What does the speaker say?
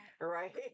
right